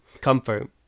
comfort